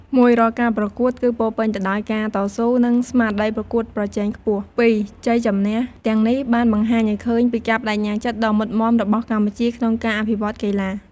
១រាល់ការប្រកួតគឺពោរពេញទៅដោយការតស៊ូ និងស្មារតីប្រកួតប្រជែងខ្ពស់។ ២ជ័យជម្នះទាំងនេះបានបង្ហាញឱ្យឃើញពីការប្តេជ្ញាចិត្តដ៏មុតមាំរបស់កម្ពុជាក្នុងការអភិវឌ្ឍកីឡា។